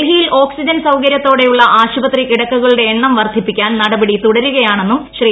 ഡൽഹിയിൽ ഓക്സിജൻ സൌകര്യത്തോടെയുള്ള ആശുപത്രി കിടക്കകളുടെ എണ്ണം വർദ്ധി പ്പിക്കാൻ നടപടി തുടരുകയാണെന്നും ശ്രീ